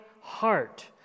heart